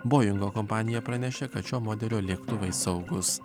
boingo kompanija pranešė kad šio modelio lėktuvai saugūs